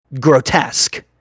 grotesque